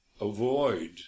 avoid